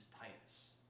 Titus